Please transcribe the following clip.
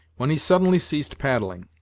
when he suddenly ceased paddling,